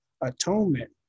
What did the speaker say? atonement